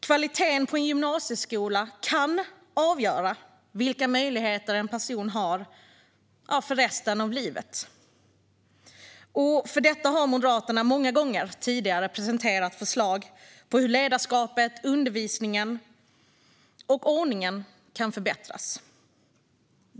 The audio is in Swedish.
Kvaliteten på en gymnasieskola kan avgöra vilka möjligheter en person har under resten av livet. För detta har Moderaterna många gånger tidigare presenterat förslag om hur ledarskapet, undervisningen och ordningen kan förbättras.